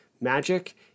magic